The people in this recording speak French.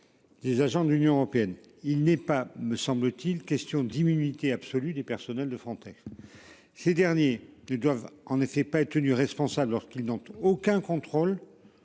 Des agents de l'Union européenne, il n'est pas, me semble-t-il. Question d'immunité absolue des personnels de frontière. Ces derniers doivent en effet pas tenu responsable lors il n'a aucun contrôle.